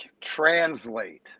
translate